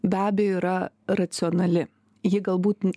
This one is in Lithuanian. be abejo yra racionali ji galbūt